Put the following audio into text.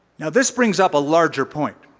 now this brings up a larger point.